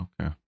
okay